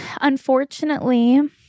unfortunately